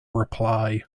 reply